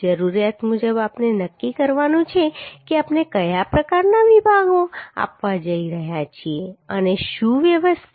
જરૂરિયાત મુજબ આપણે નક્કી કરવાનું છે કે આપણે કયા પ્રકારના વિભાગો આપવા જઈ રહ્યા છીએ અને શું વ્યવસ્થા છે